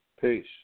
Peace